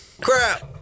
Crap